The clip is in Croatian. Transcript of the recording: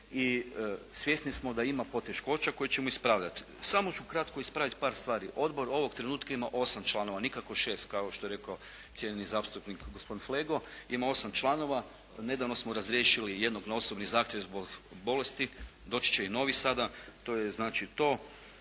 i svjesni smo da ima poteškoća koje ćemo ispravljat. Samo ću kratko ispravit par stvari. Odbor ovog trenutka ima 8 članova, nikako 6 kao što je rekao cijenjeni zastupnik gospodin Flego. Ima 8 članova. Nedavno smo razriješili jednog na osobni zahtjev zbog bolesti. Doći će i novi sada. To je znači to.